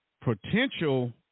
potential